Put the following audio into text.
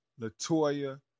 Latoya